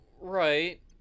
right